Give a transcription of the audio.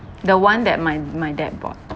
the one that my my dad bought